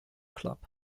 club